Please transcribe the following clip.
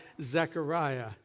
Zechariah